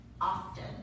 often